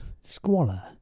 squalor